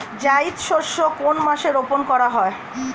জায়িদ শস্য কোন মাসে রোপণ করা হয়?